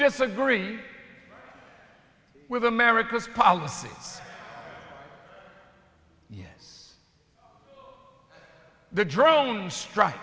disagree with america's policies yes the drone strike